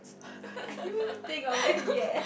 haven't even think of it yet